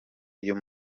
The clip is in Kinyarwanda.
uyu